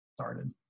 started